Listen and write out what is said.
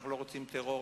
לא רוצים טרור,